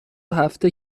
هفته